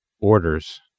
Orders